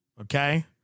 Okay